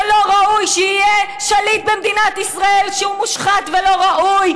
שלא ראוי שיהיה שליט במדינת ישראל שהוא מושחת ולא ראוי,